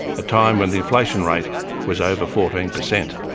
a time when the inflation rate was over fourteen percent.